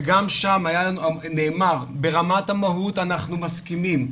וגם שם נאמר: ברמת המהות אנחנו מסכימים,